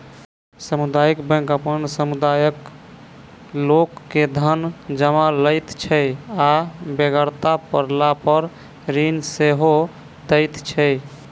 सामुदायिक बैंक अपन समुदायक लोक के धन जमा लैत छै आ बेगरता पड़लापर ऋण सेहो दैत छै